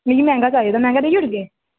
मिगी मैंह्गा चाहिदा हा मैंह्गा देई ओड़गे